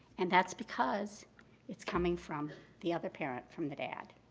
and that's because it's coming from the other parent, from the dad.